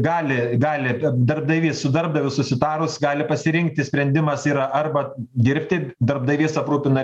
gali gali darbdavys su darbdaviu susitarus gali pasirinkti sprendimas yra arba dirbti darbdavys aprūpina